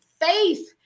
faith